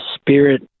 spirit